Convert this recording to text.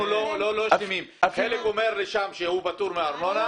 חלק אומרים שיש פטור מארנונה.